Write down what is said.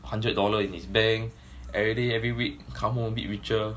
hundred dollar in his bank every day every week come home be richer